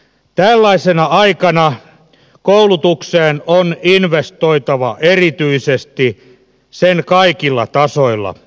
tällaisena aikana koulutukseen on investoitava erityisesti sen kaikilla tasoilla